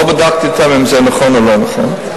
לא בדקתי אם זה נכון או לא נכון,